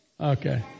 Okay